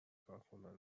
کارکنان